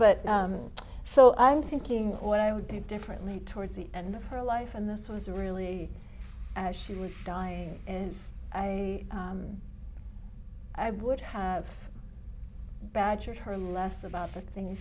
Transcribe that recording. but so i'm thinking what i would do differently towards the end of her life and this was really as she was dying and i i would have badgered her less about the things